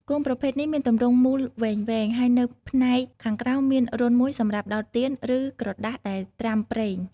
គោមប្រភេទនេះមានទម្រង់មូលវែងៗ ហើយនៅផ្នែកខាងក្រោមមានរន្ធមួយសម្រាប់ដោតទៀន ឬក្រដាសដែលត្រាំប្រេង។